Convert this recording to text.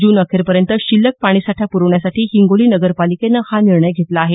जूनअखेरपर्यंत शिल्लक पाणीसाठा पुरवण्यासाठी हिंगोली नगरपालिकेनं हा निर्णय घेतला आहे